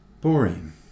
boring